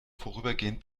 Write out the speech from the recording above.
vorübergehend